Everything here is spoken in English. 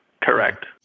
Correct